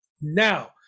Now